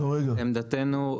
עמדתנו,